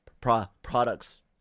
products